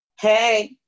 Hey